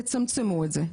תצמצמו את זה.